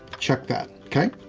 check that, okay.